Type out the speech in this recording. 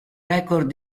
record